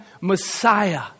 Messiah